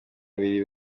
abiri